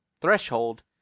threshold